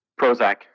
Prozac